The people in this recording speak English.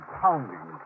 pounding